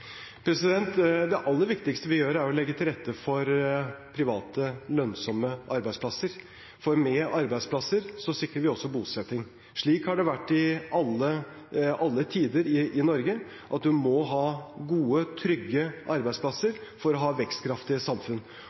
Det aller viktigste vi gjør, er å legge til rette for private, lønnsomme arbeidsplasser, for med arbeidsplasser sikrer vi også bosetting. Slik har det vært til alle tider i Norge: Man må ha gode, trygge arbeidsplasser for å ha vekstkraftige samfunn.